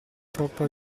troppa